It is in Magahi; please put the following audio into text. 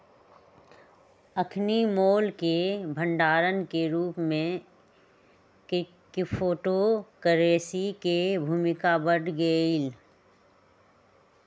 अखनि मोल के भंडार के रूप में क्रिप्टो करेंसी के भूमिका बढ़ गेलइ